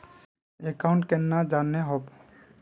Account केना जाननेहव?